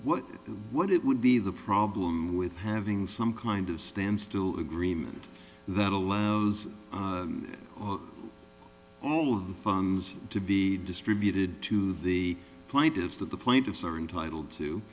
what what it would be the problem with having some kind of standstill agreement that allows all of the funds to be distributed to the plaintiffs that the plaintiffs are entitled